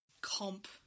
comp